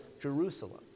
Jerusalem